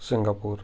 Singapore